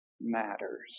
matters